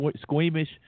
squeamish